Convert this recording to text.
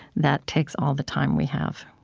that takes all the time we have.